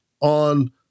on